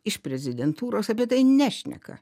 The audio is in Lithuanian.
iš prezidentūros apie tai nešneka